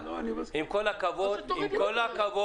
עם כל הכבוד,